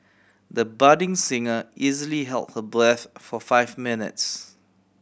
the budding singer easily held her breath for five minutes